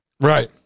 Right